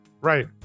Right